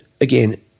Again